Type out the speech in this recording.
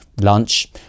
lunch